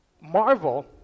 Marvel